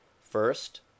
first